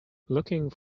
looking